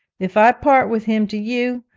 if i part with him to you,